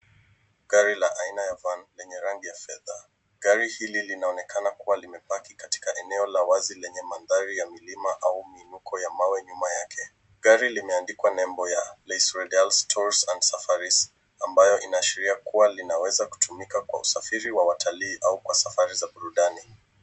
Gari la aina ya van yenye rangi ya fedha. Gari hili linaonekana kuwa limepaki katika eneo la wazi, lenye mandhari ya milima au miinuko ya mawe nyuma yake. Gari limeandikwa nembo ya Leisure deals Tours and Safaris ambayo inaashiria kuwa linaweza kutumika kwa usafiri wa watalii au kwa safari za burudani.